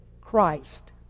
Christ